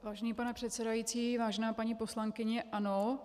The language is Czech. Vážený pane předsedající, vážená paní poslankyně, ano.